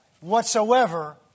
whatsoever